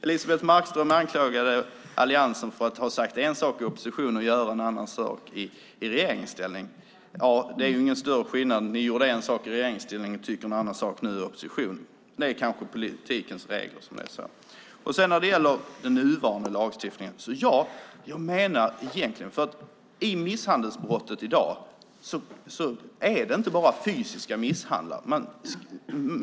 Elisebeht Markström anklagade alliansen för att ha sagt en sak i opposition och sedan göra en annan sak i regeringsställning. Ja, det är ingen större skillnad mellan oss. Ni gjorde en sak i regeringsställning och tycker en annan sak i opposition. Det är kanske politikens regler som är sådana. Jag ska säga något om den nuvarande lagstiftningen. Misshandelsbrottet i dag innefattar inte bara fysisk misshandel.